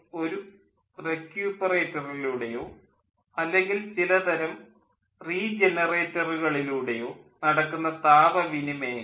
അതായത് ഒരു റെക്യൂപ്പറേറ്ററിലൂടെയോ അല്ലെങ്കിൽ ചില തരം റീജനറേറ്ററുകളിലൂടെയോ നടക്കുന്ന താപ വിനിമയങ്ങൾ